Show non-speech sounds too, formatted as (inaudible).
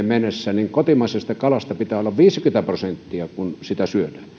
(unintelligible) mennessä kotimaista kalaa pitää olla viisikymmentä prosenttia siitä mitä syödään